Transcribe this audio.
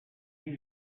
huit